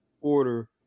order